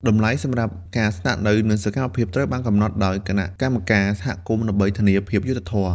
តម្លៃសម្រាប់ការស្នាក់នៅ និងសកម្មភាពត្រូវបានកំណត់ដោយ គណៈកម្មការ សហគមន៍ដើម្បីធានាភាពយុត្តិធម៌។